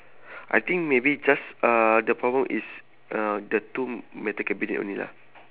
I think maybe just uh the problem is uh the two metal cabinet only lah